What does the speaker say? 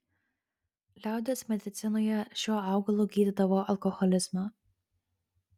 liaudies medicinoje šiuo augalu gydydavo alkoholizmą